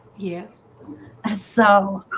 yes ah so